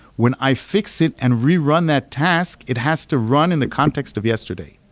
when i fix it and rerun that task, it has to run in the context of yesterday.